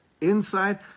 inside